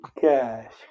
cash